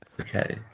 okay